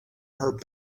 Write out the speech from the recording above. her